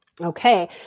Okay